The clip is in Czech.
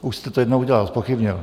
Už jste to jednou udělal, zpochybnil.